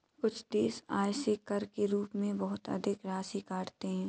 कुछ देश आय से कर के रूप में बहुत अधिक राशि काटते हैं